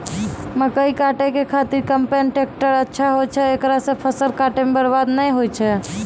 मकई काटै के खातिर कम्पेन टेकटर अच्छा होय छै ऐकरा से फसल काटै मे बरवाद नैय होय छै?